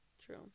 true